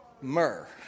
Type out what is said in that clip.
myrrh